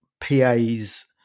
PA's